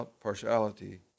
partiality